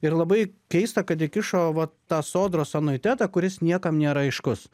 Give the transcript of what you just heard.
ir labai keista kad įkišo vat tą sodros anuitetą kuris niekam nėra aiškus